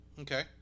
Okay